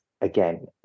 again